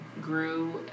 grew